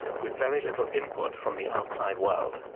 with very little input from the outside world.